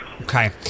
Okay